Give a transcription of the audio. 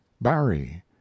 Barry